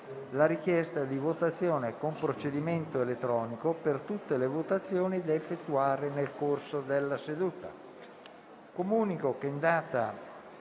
la richiesta di votazione con procedimento elettronico per tutte le votazioni da effettuare nel corso della seduta.